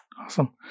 Awesome